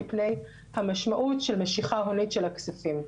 על המשמעות של משיכה הונית של הכספים.